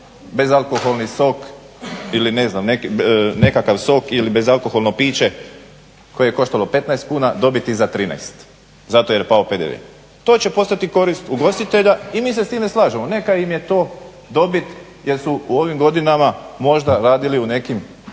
bezalkoholni sok ili ne znam nekakav sok, ili bezalkoholno piće koje je koštalo 15 kuna dobiti za 13 zato jer je pao PDV. To će postati korist ugostitelja i mi se s time slažemo, neka im je to dobit jer su u ovim godinama možda radili u nekim